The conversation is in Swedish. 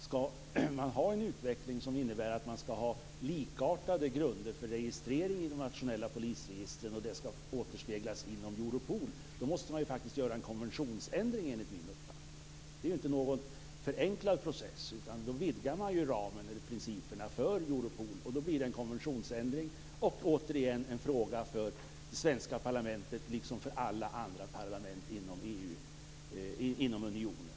Om man skall ha en utveckling som innebär att man har likartade grunder för registrering i de nationella polisregistren och om det skall återspeglas inom Europol, måste man ju faktiskt göra en konventionsändring enligt min uppfattning. Det är inte någon förenklad process, utan då vidgar man ju ramen eller principerna för Europol, och då blir det en konventionsändring och återigen en fråga för det svenska parlamentet, liksom för alla andra parlament inom unionen.